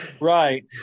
Right